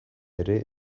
ere